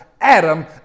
Adam